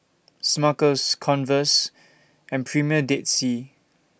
Smuckers Converse and Premier Dead Sea